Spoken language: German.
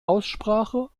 aussprache